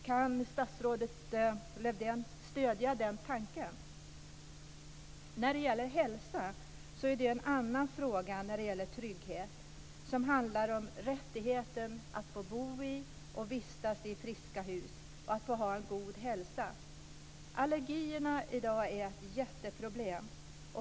Kan statsrådet Lövdén stödja den tanken? Hälsa är en annan fråga när det gäller trygghet som handlar om rättigheten att bo och vistas i friska hus och att ha en god hälsa. Allergierna är i dag ett jätteproblem.